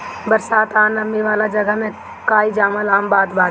बरसात आ नमी वाला जगह में काई जामल आम बात बाटे